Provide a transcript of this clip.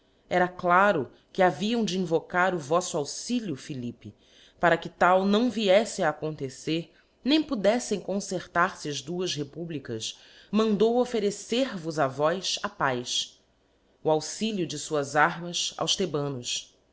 era claro que haviam de invocar o voflb auxilio philippe para que tal não vieíte a acontecer nem podeffem concertar fe as duas republicas mandou offerecera oração da coroa os a vós a paz o auxilio de fuás armas aos thebanos